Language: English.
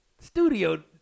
studio –